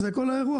זה כל האירוע,